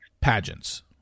pageants